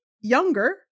younger